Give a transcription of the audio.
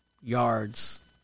yards